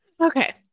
okay